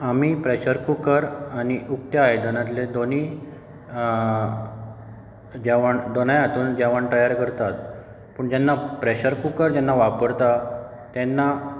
आमी pressure cooker आनी उक्त्या आयदनांतले दोनूय जेवण दोनाय हातून जेवण तयार करतात पूण जेन्ना प्रेशर कुकर जेन्ना वापरतात तेन्ना